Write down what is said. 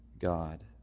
God